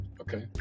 okay